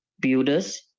builders